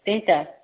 त्यही त